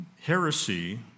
heresy